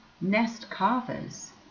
nest-carvers